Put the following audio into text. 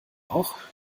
auch